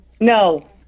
No